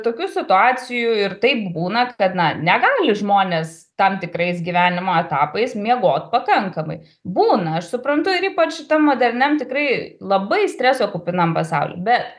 tokių situacijų ir taip būna kad na negali žmonės tam tikrais gyvenimo etapais miegot pakankamai būna aš suprantu ir ypač šitam moderniam tikrai labai streso kupinam pasauly bet